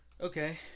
Okay